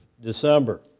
December